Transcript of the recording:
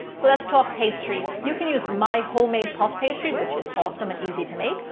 so let's talk pastry. you can use my homemade puff pastry which is awesome and easy to make,